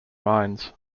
mines